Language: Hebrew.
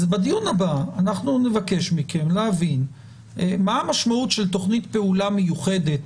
בדיון הבא נבקש מכם להבין מה המשמעות של תוכנית פעולה מיוחדת